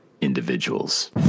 individuals